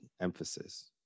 emphasis